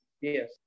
Yes